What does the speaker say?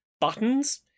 buttons